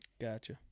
Gotcha